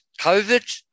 COVID